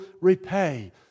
repay